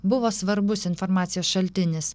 buvo svarbus informacijos šaltinis